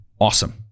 awesome